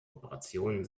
operationen